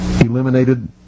eliminated